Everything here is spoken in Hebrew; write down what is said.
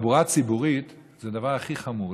תחבורה ציבורית זה הדבר הכי חמור,